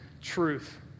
truth